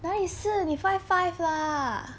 哪里是你 five five lah